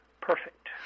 perfect